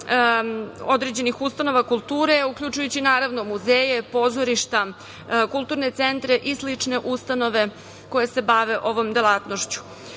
određenih ustanova kulture, uključujući, naravno, muzeje, pozorišta, kulturne centre i slične ustanove koje se bave ovom delatnošću.